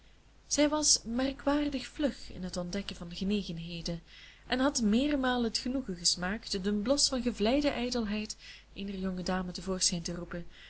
zij was merkwaardig vlug in het ontdekken van genegenheden en had meermalen t genoegen gesmaakt den blos van gevleide ijdelheid eener jonge dame te voorschijn te roepen